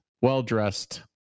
well-dressed